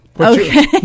Okay